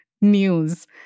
news